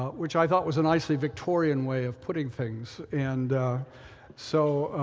which i thought was a nicely victorian way of putting things. and so